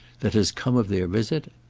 that has come of their visit?